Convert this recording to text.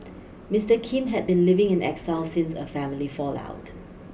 Mister Kim had been living in exile since a family fallout